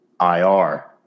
IR